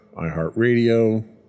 iHeartRadio